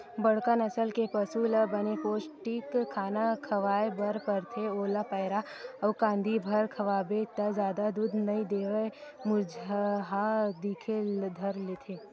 बड़का नसल के पसु ल बने पोस्टिक खाना खवाए बर परथे, ओला पैरा अउ कांदी भर खवाबे त जादा दूद नइ देवय मरझुरहा दिखे ल धर लिही